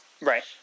Right